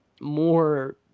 more